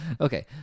Okay